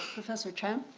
professor chan.